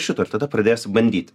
šito ir tada pradėsi bandyt